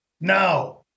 Now